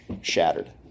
shattered